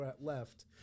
left